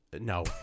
No